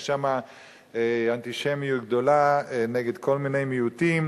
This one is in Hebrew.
יש שם אנטישמיות גדולה נגד כל מיני מיעוטים,